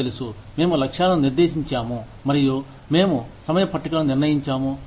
మీకు తెలుసు మేము లక్ష్యాలను నిర్దేశించాము మరియు మేము సమయ పట్టికలను నిర్మించాము